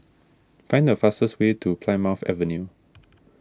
find the fastest way to Plymouth Avenue